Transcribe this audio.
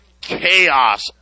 chaos